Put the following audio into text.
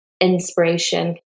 inspiration